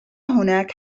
هناك